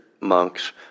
monks